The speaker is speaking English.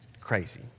Crazy